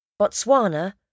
Botswana